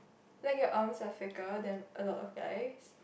like your arms are thicker than a lot of guys